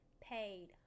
paid